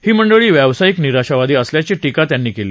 ही मंडळी व्यावसायिक निराशावादी असल्याची टीका त्यांनी केली